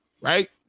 Right